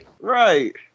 Right